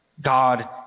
God